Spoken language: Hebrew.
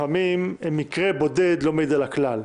לפעמים מקרה בודד לא מעיד על הכלל...